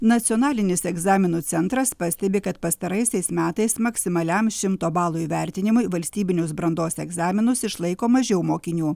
nacionalinis egzaminų centras pastebi kad pastaraisiais metais maksimaliam šimto balų įvertinimui valstybinius brandos egzaminus išlaiko mažiau mokinių